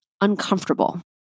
uncomfortable